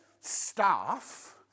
staff